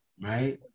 right